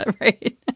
right